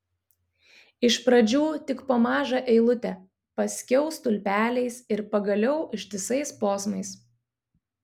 iš pradžių tik po mažą eilutę paskiau stulpeliais ir pagaliau ištisais posmais